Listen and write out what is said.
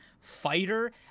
fighter